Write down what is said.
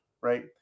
right